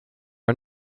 are